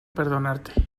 perdonarte